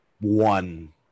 one